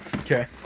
Okay